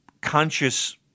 conscious